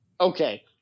Okay